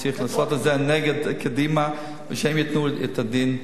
צריך לעשות את זה נגד קדימה ושהם ייתנו את הדין.